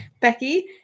Becky